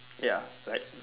ya right